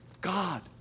God